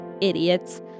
idiots